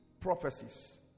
prophecies